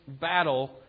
battle